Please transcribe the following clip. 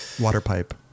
Waterpipe